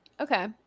Okay